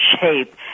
shape